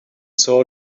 saw